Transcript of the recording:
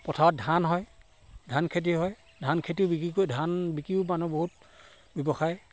পথাৰত ধান হয় ধান খেতি হয় ধান খেতিও বিক্ৰী কৰি ধান বিকীও মানুহ বহুত ব্যৱসায়